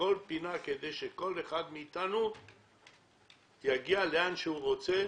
לכל פינה, כדי שכל אחד מאיתנו יגיע לאן שהוא רוצה